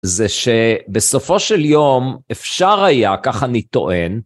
זה שבסופו של יום אפשר היה, ככה אני טוען,